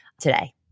today